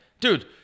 Dude